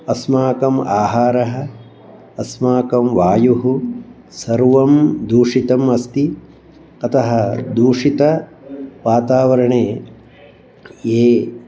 अस्माकम् आहारः अस्माकं वायुः सर्वं दूषितम् अस्ति अतः दूषितवातावरणे ये